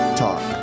talk